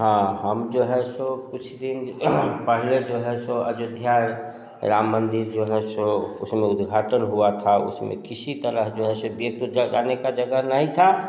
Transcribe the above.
हाँ हम जो है सो कुछ दिन पढ़ने जो है सो अयोध्या आए राम मंदिर जो है सो उस में उद्घाटन हुआ था उस में किसी तरह जो है सो आने का जगह नहीं था